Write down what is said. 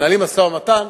מנהלים משא-ומתן.